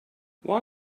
why